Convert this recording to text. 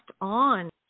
on